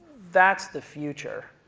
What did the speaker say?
that's the future.